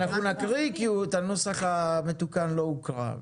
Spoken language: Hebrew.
אנחנו נקריא כי הנוסח המתוקן לא הוקרא.